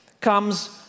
comes